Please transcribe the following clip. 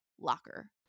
locker